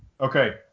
Okay